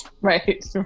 Right